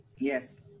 Yes